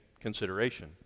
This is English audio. consideration